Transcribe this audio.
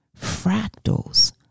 fractals